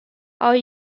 are